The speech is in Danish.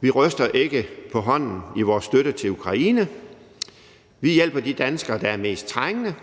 vi ryster ikke på hånden i vores støtte til Ukraine, vi hjælper de danskere, der er mest trængende,